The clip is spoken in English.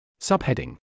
Subheading